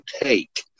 take